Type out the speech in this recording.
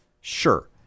Sure